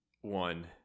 One